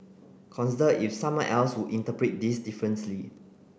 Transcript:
consider if someone else would interpret this differently